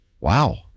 wow